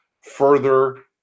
further